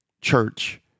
church